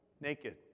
Naked